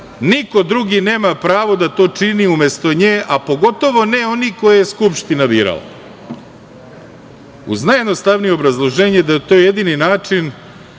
niko drugi nema pravo da to čini umesto nje, a pogotovo ne oni koje je Skupština birala. Uz najjednostavnije obrazloženje da je to jedini način